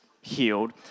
healed